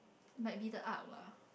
might be the art